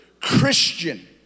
Christian